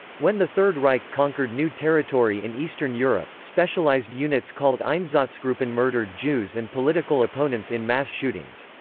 when the third reich conquered new territory in eastern europe, specialized units called einsatzgruppen murdered jews and political opponents in mass shootings.